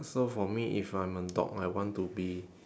so for me if I'm a dog I want to be